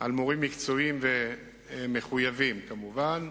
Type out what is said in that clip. על מורים מקצועיים מחויבים כמובן.